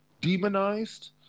demonized